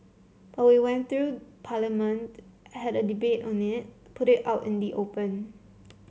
but we went through Parliament had a debate on it put it out in the open